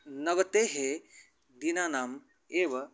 नवतिदिनानाम् एव